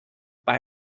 bei